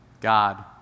God